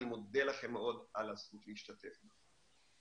ואני מודה לכם מאוד על הזכות להשתתף בה.